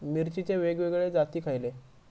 मिरचीचे वेगवेगळे जाती खयले?